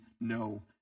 no